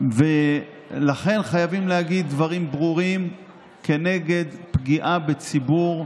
ולכן חייבים להגיד דברים ברורים כנגד פגיעה בציבור,